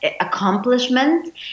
accomplishment